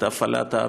את הפעלת הפיקוח.